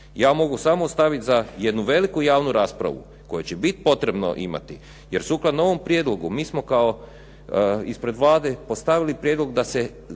Ja mogu samo ostaviti za jednu veliku javnu raspravu koje će biti potrebno imati, jer sukladno ovom prijedlogu mi smo kao, ispred Vlade postavili prijedlog da se